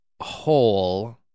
hole